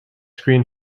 screen